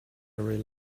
rely